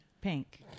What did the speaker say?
pink